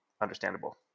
understandable